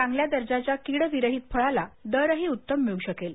चांगल्या दर्जाच्या कीड विरहित फळाला दरही उत्तम मिळू शकेल